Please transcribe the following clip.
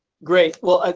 great well,